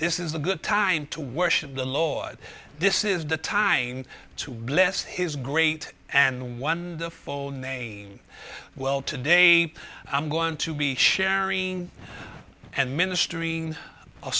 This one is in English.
this is a good time to worship the lord this is the time to bless his great and one the phone well today i'm going to be sharing and ministry